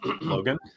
Logan